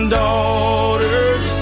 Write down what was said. daughters